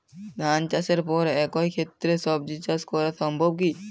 ধান চাষের পর একই ক্ষেতে সবজি চাষ করা সম্ভব কি?